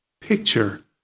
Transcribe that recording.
picture